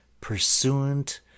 pursuant